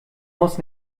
muss